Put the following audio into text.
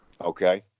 Okay